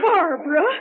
Barbara